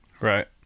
Right